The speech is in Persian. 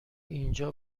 اینجا